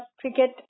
cricket